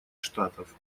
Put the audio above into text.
штатов